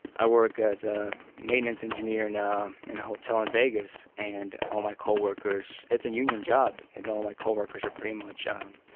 i work as a maintenance engineer in a hotel in vegas and all my coworkers, it's a union job, and all my coworkers are pretty much um